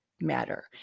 matter